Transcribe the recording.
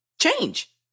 change